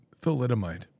thalidomide